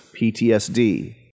PTSD